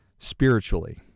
spiritually